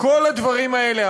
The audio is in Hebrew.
כל הדברים האלה,